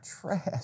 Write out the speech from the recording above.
Trash